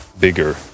bigger